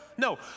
No